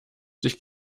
sich